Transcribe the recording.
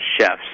chefs